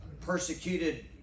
persecuted